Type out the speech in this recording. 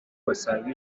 basaga